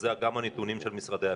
ואלה גם הנתונים של משרדי הפרסום,